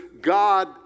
God